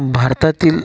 भारतातील